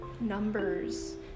numbers